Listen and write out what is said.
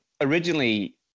originally